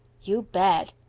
you bet!